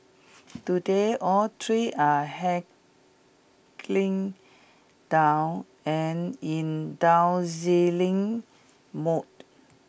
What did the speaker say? today all three are down and in mode